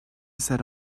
sat